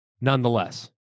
nonetheless